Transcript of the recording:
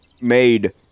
made